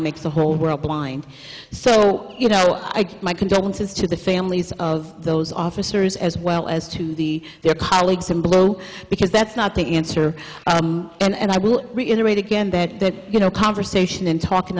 makes the whole world blind so i give my condolences to the families of those officers as well as to the their colleagues and blow because that's not the answer and i will reiterate again that you know conversation and talk and